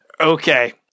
Okay